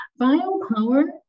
biopower